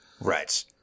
Right